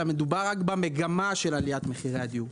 מדובר רק במגמה של עליית מחירי הדיור.